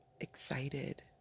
excited